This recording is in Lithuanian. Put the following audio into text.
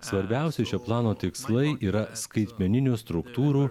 svarbiausi šio plano tikslai yra skaitmeninių struktūrų